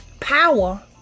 Power